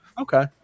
Okay